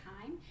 time